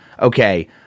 Okay